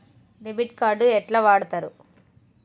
Debit card ఎట్లా వాడుతరు?